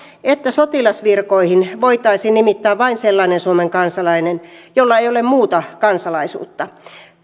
että sotilasvirkoihin voitaisiin nimittää vain sellainen suomen kansalainen jolla ei ole muuta kansalaisuutta